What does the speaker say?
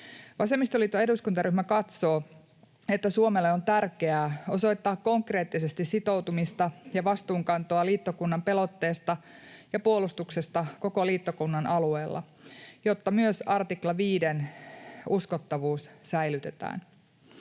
Vasemmistoliiton eduskuntaryhmä katsoo, että Suomelle on tärkeää osoittaa konkreettisesti sitoutumista ja vastuunkantoa liittokunnan pelotteesta ja puolustuksesta koko liittokunnan alueella, jotta myös artikla 5:n uskottavuus säilytetään.